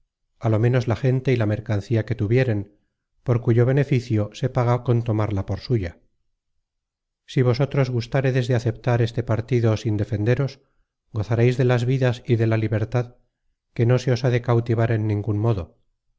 á lo ménos la gente y la mercancía que tuvieren por cuyo beneficio se paga con tomarla por suya si vosotros gustaredes de aceptar este partido sin defenderos gozareis de las vidas y de la libertad que no se os ha de cautivar en ningun modo